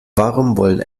wollen